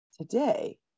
today